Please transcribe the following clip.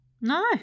No